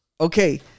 okay